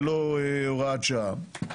ולא הוראת שעה.